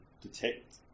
detect